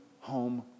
home